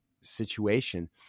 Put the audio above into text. situation